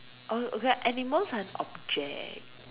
oh okay ah animals aren't object